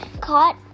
caught